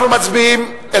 לא.